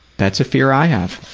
that's a fear i have.